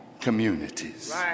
communities